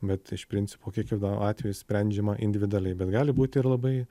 bet iš principo kiekvienu atveju sprendžiama individualiai bet gali būt ir labai